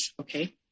Okay